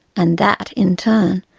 and that, in turn,